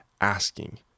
asking